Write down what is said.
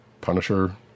Punisher